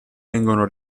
vengono